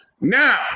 Now